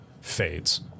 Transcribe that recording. fades